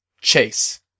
Chase